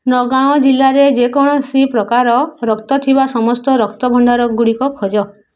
ନୂଆଗାଁ ଜିଲ୍ଲାରେ ଯେ କୌଣସି ପ୍ରକାର ରକ୍ତ ଥିବା ସମସ୍ତ ରକ୍ତ ଭଣ୍ଡାରଗୁଡ଼ିକ ଖୋଜ